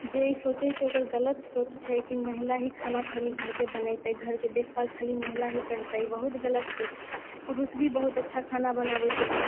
जे ई सोचय छै ओकर ई गलत सोच छै महिला ही घरके खाना बनेतै घरके देखभाल खाली महिला ही करतै ई बहुत गलत सोच छै पुरुष भी बहुत अच्छा खाना बनाबै छै